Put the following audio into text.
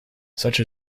such